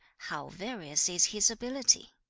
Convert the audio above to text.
how various is his ability